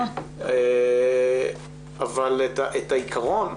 אבל את העיקרון,